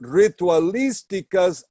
ritualísticas